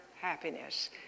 happiness